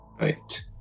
Right